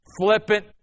flippant